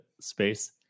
space